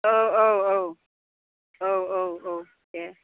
औ औ औ औ औ औ दे